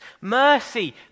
mercy